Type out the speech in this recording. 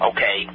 Okay